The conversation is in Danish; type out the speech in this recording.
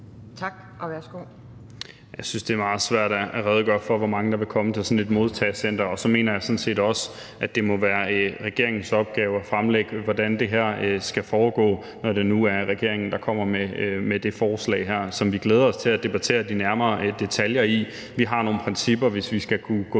Tak, og værsgo.